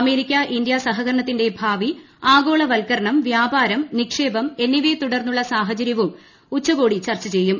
America India സഹകരണത്തിന്റെ ഭാവി ആഗോളവൽക്കരണം വ്യാപാരം നിക്ഷേപം എന്നിവയെ തുടർന്നുള്ള സാഹചര്യവും എന്നിവയും ഉച്ചകോടി ചർച്ച ചെയ്യും